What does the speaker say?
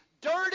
dirty